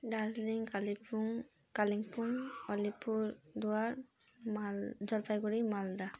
Darjeeling Kalimpong Kalimpong Alipurduar Mal Jalpaiguri Malda